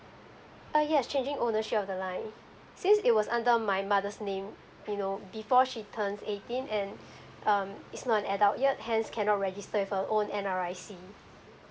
ah yes changing ownership of the line since it was under my mother's name you know before she turns eighteen and um it's not an adult yet hence cannot register with her own N_R_I_C